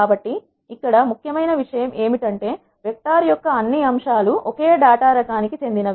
కాబట్టి ఇక్కడ ముఖ్యమైన విషయం ఏమిటంటే వెక్టార్ యొక్క అన్ని అంశాలు ఒకే డేటా రకానికి చెందిన వి